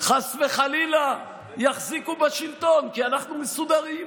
חס וחלילה, יחזיקו בשלטון, כי אנחנו מסודרים.